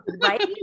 right